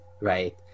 right